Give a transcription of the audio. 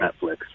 Netflix